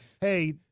Hey